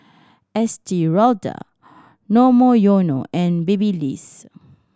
Estee Lauder Monoyono and Babyliss